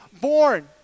born